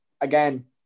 again